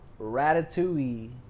Ratatouille